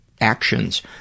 actions